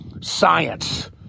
science